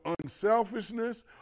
unselfishness